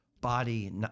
body